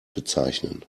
bezeichnen